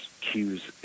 cues